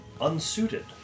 unsuited